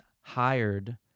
hired